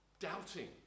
Doubting